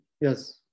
Yes